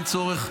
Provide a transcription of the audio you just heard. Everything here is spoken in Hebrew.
אין צורך,